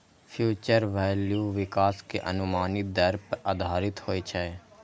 future value विकास के अनुमानित दर पर आधारित होइ छै